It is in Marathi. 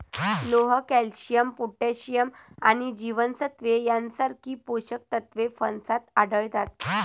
लोह, कॅल्शियम, पोटॅशियम आणि जीवनसत्त्वे यांसारखी पोषक तत्वे फणसात आढळतात